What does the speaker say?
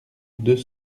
deux